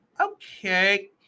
Okay